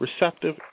receptive